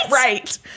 Right